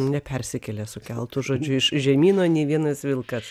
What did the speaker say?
nepersikėlė su keltu žodžiu iš iš žemyno nė vienas vilkas